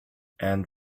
and